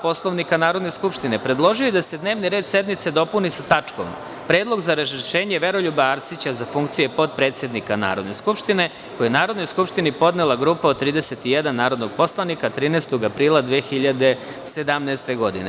Poslovnika Narodne skupštine, predložio je da se dnevni red sednice dopuni tačkom – Predlog za razrešenje Veroljuba Arsića sa funkcije potpredsednika Narodne skupštine, koji je Narodnoj skupštini podnela grupa od 31 narodnog poslanika 13. aprila 2017. godine.